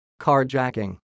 carjacking